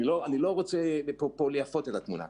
אני לא רוצה ליפות את הדברים,